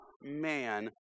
man